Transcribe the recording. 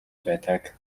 байдаг